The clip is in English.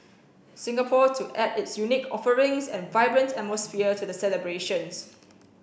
Singapore to add its unique offerings and vibrant atmosphere to the celebrations